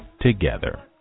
together